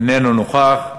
איננו נוכח,